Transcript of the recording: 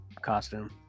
costume